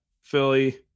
Philly